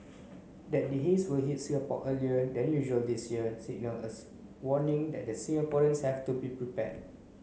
that the haze will hits Singapore earlier than usual this year signalled as warning that the Singaporeans have to be prepared